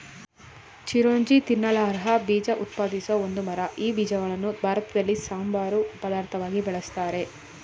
ಚಿರೋಂಜಿ ತಿನ್ನಲರ್ಹ ಬೀಜ ಉತ್ಪಾದಿಸೋ ಒಂದು ಮರ ಈ ಬೀಜಗಳನ್ನು ಭಾರತದಲ್ಲಿ ಸಂಬಾರ ಪದಾರ್ಥವಾಗಿ ಬಳುಸ್ತಾರೆ